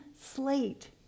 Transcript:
slate